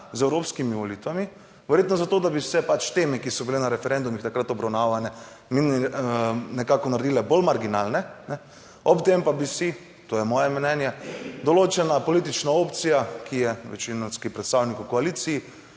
z evropskimi volitvami, verjetno za to, da bi se pač teme, ki so bile na referendumih takrat obravnavane nekako naredile bolj marginalne ob tem pa bi si, to je moje mnenje, določena politična opcija, ki je večinski predstavnik v koaliciji,